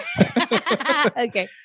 okay